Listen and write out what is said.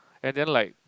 and then like